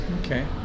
okay